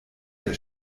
der